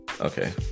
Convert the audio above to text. okay